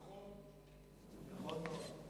נכון מאוד.